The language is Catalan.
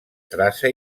traça